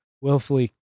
willfully